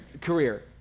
career